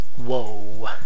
Whoa